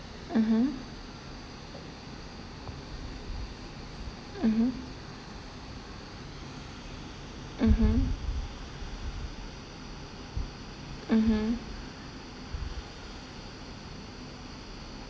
um hmm mmhmm mmhmm mmhmm